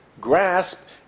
grasp